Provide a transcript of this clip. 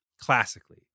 classically